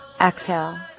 exhale